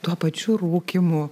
tuo pačiu rūkymu